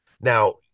Now